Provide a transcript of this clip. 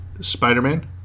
Spider-Man